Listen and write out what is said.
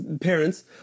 parents